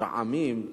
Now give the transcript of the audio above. מתרעמים עליו: